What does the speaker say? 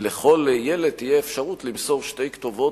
שלכל ילד תהיה אפשרות למסור שתי כתובות,